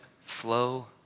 flow